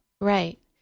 Right